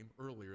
earlier